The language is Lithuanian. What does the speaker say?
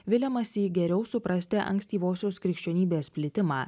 viliamasi geriau suprasti ankstyvosios krikščionybės plitimą